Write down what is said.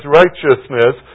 righteousness